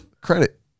credit